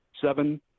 seven